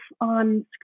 on